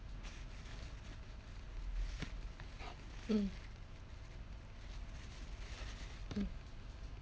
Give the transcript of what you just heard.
mm mm